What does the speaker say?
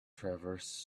transverse